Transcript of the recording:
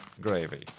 gravy